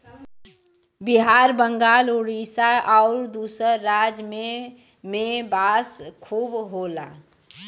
बिहार बंगाल उड़ीसा आउर दूसर राज में में बांस खूब होला